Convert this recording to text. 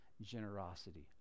generosity